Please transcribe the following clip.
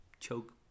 choke